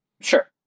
Sure